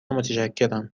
متشکرم